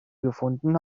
gefunden